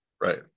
right